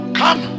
come